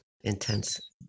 intense